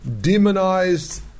demonized